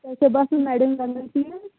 تۄہہِ چھا باسان نَرٮ۪ن زنٛگَن